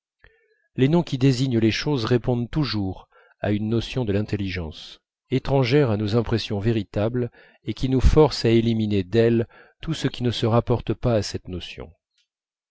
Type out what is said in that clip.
les noms qui désignent les choses répondent toujours à une notion de l'intelligence étrangère à nos impressions véritables et qui nous force à éliminer d'elles tout ce qui ne se rapporte pas à cette notion